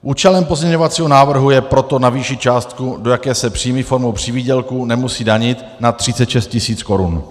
Účelem pozměňovacího návrhu je proto navýšit částku, do jaké se příjmy formou přivýdělku nemusí danit, na 36 tisíc korun.